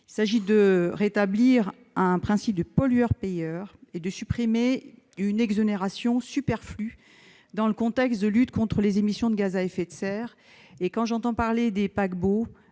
nous de rétablir le principe pollueur-payeur et de supprimer une exonération superflue dans un contexte de lutte contre les émissions de gaz à effet de serre. J'ai entendu que des ports-